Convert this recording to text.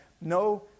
no